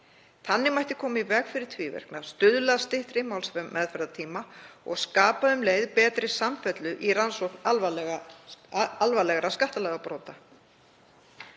Þannig mætti koma í veg fyrir tvíverknað, stuðla að styttri málsmeðferðartíma og skapa um leið betri samfellu í rannsókn alvarlegra skattalagabrota.